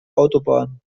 autobahn